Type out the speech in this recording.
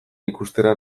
ikustera